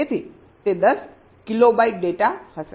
તેથી તે 10 kilobyte data હશે